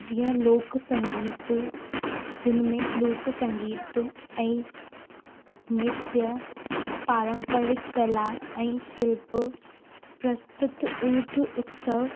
जीअं लोक संगीत जंहिंमें लोक संगीत ऐं नृत्य पारंपरिक कला ऐं शिल्प प्रस्तुत ऊंठ उत्सव